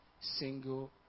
single